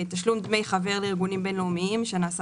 תשלום דמי חבר לארגונים בין-לאומיים שנעשה